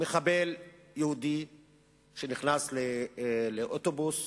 מחבל יהודי שנכנס לאוטובוס